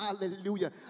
hallelujah